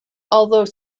although